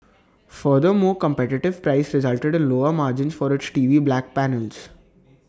furthermore competitive price resulted in lower margins for its T V back panels